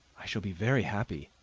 i shall be very happy,